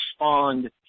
respond